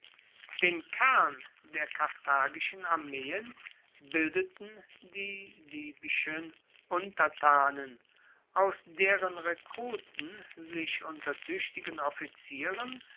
den kern der karthagischen armeen bildeten die libyscher untertanen aus deren rekruten sich unter tuechtigen offizieren